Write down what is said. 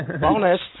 Bonus